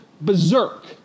berserk